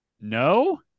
no